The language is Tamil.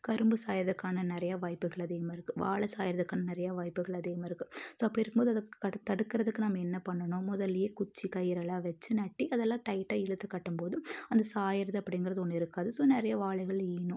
கரும்பு சாயிறதுக்கான நிறையா வாய்ப்புகள் அதிகமாக இருக்குது வாழை சாயிறதுக்கான நிறைய வாய்ப்புகள் அதிகமாக இருக்குது ஸோ அப்படி இருக்கும்போது அது தடுக்கி றதுக்கு நம்ம என்ன பண்ணணும் முதல்லே குச்சி கயிரெல்லாம் வச்சி நட்டி அதெல்லாம் டைட்டாக இழுத்து கட்டும் போது அந்த சாகிறது அப்படிங்குறது ஒன்று இருக்காது ஸோ நிறைய வாழைகள் ஈனும்